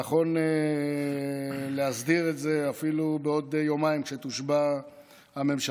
נכון להסדיר את זה אפילו בעוד יומיים כשתושבע הממשלה,